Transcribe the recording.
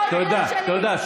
תודה,